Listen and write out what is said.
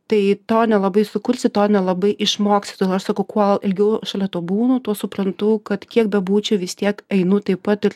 tai to nelabai sukursi to nelabai išmoksi aš sakau kuo ilgiau šalia to būnu tuo suprantu kad kiek bebūčiau vis tiek einu taip pat ir